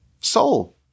soul